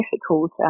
difficult